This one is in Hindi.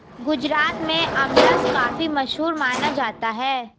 गुजरात में आमरस काफी मशहूर माना जाता है